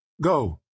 Go